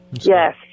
Yes